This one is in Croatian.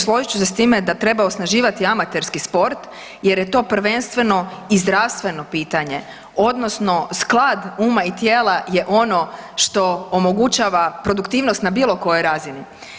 Složit ću se s time da treba osnaživati amaterski sport jer je to prvenstveno i zdravstveno pitanje odnosno sklad uma i tijela je ono što omogućava produktivnost na bilo kojoj razini.